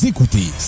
Écoutez